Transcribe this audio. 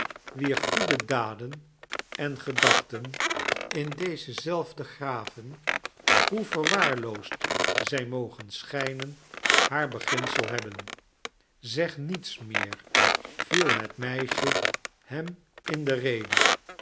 wier goede daden en gedachten in deze zelfde graven hoe verwaarloosd zij mogen schijnen haar beginsel hebben zeg niets meer viel het meisje hem in de rede